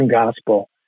Gospel